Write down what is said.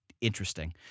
interesting